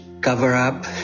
Cover-up